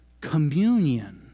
communion